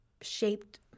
shaped